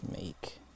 make